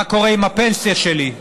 מה קורה עם הפנסיה שלי?